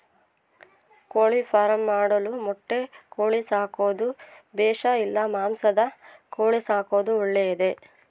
ಕೋಳಿಫಾರ್ಮ್ ಮಾಡಲು ಮೊಟ್ಟೆ ಕೋಳಿ ಸಾಕೋದು ಬೇಷಾ ಇಲ್ಲ ಮಾಂಸದ ಕೋಳಿ ಸಾಕೋದು ಒಳ್ಳೆಯದೇ?